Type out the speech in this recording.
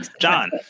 John